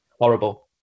Horrible